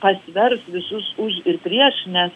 pasvers visus už ir prieš nes